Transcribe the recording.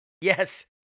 Yes